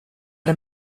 det